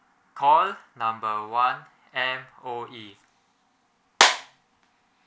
call number one M_O_E